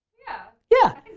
yeah. yeah.